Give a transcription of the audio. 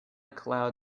cloud